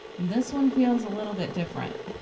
this one feels a little bit different.